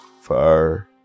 Fire